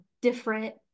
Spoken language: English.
different